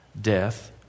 death